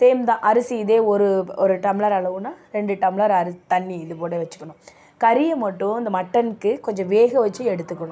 same தான் அரிசி இதே ஒரு ஒரு டம்ளர் அளவுன்னா ரெண்டு டம்ளர் அரிசி தண்ணி இதுகூட வச்சிக்கணும் கறியை மட்டும் இந்த மட்டனுக்கு கொஞ்சம் வேக வச்சி எடுத்துக்கணும்